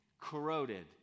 corroded